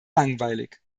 langweilig